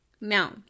Now